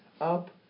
up